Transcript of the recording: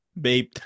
Babe